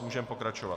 Můžeme pokračovat.